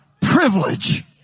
privilege